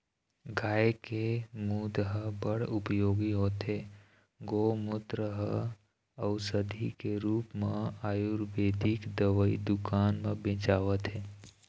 गाय के मूत ह बड़ उपयोगी होथे, गोमूत्र ह अउसधी के रुप म आयुरबेदिक दवई दुकान म बेचावत हे